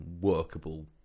workable